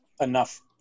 enough